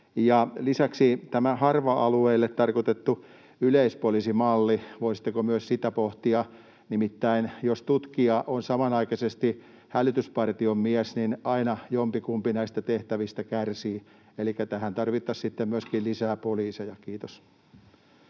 Lisäksi tämä harva-alueille tarkoitettu yleispoliisimalli: Voisitteko pohtia myös sitä? Nimittäin jos tutkija on samanaikaisesti hälytyspartiomies, niin aina jompikumpi näistä tehtävistä kärsii, elikkä tähän tarvittaisiin sitten myöskin lisää poliiseja. — Kiitos.